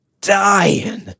dying